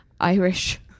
Irish